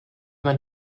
man